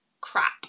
crap